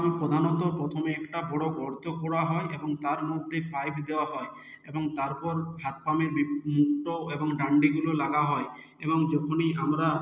প্রধানত প্রথমে একটা বড় গর্ত খোঁড়া হয় এবং তার মধ্যে পাইপ দেওয়া হয় এবং তারপর হাতপাম্পের মুক্ত এবং ডান্ডিগুলো লাগা হয় এবং যখনই আমরা